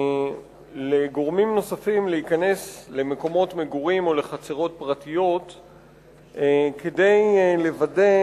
לגורמים נוספים להיכנס למקומות מגורים או לחצרות פרטיות כדי לוודא